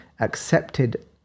accepted